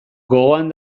gogoan